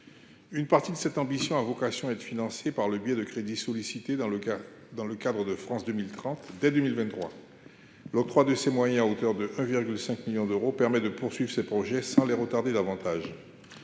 Une partie de cette ambition a vocation à être financée dès 2023 par le biais de crédits sollicités dans le cadre de France 2030. L’adoption de cet amendement, qui ajouterait 1,5 million d’euros, permettra de poursuivre ces projets sans les retarder davantage.